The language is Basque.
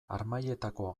harmailetako